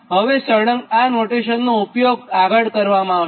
હવે સળંગ આ નોટેશનનો ઉપયોગ આગળ કરવામાં આવશે